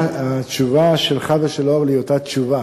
התשובה לך ולאורלי היא אותה תשובה.